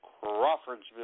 Crawfordsville